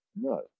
No